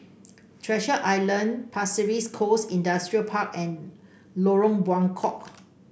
Treasure Island Pasir Ris Coast Industrial Park and Lorong Buangkok